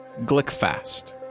Glickfast